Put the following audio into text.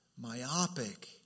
myopic